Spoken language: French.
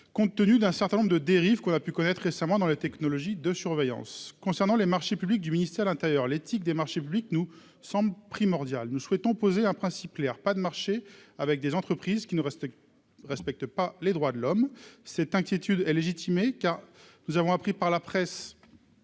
compte tenu d'un certain nombre de dérives qu'on a pu connaître récemment dans les technologies de surveillance concernant les marchés publics du ministère de l'Intérieur, l'éthique des marchés publics nous semble primordial, nous souhaitons poser un principe clair : pas de marcher avec des entreprises qui ne respectent respectent pas les droits de l'homme, cette inquiétude est légitimée car nous avons appris par la presse